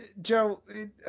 Joe